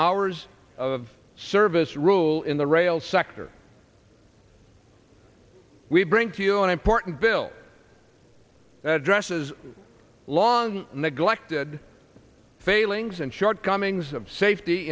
hours of service rule in the rail sector we bring to you an important bill that addresses long neglected failings and shortcomings of safety